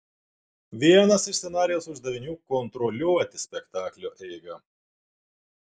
vienas iš scenarijaus uždavinių kontroliuoti spektaklio eigą